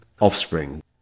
offspring